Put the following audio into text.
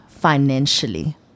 financially